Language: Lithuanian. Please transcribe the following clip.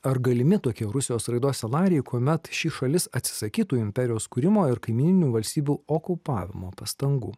ar galimi tokie rusijos raidos scenarijai kuomet ši šalis atsisakytų imperijos kūrimo ir kaimyninių valstybių okupavimo pastangų